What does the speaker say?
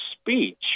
speech